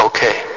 Okay